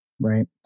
Right